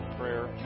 prayer